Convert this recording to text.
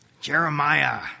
Jeremiah